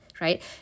right